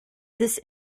this